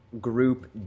Group